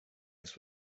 this